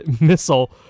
missile